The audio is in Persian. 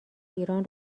ایران